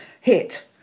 hit